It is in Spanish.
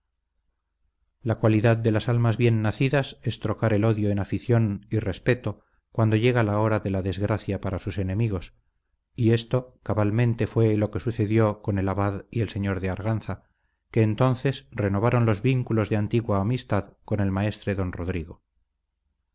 cualidad de las almas bien nacidas es trocar el odio en afición y respeto cuando llega la hora de la desgracia para sus enemigos y esto cabalmente fue lo que sucedió con el abad y el señor de arganza que entonces renovaron los vínculos de antigua amistad con el maestre don rodrigo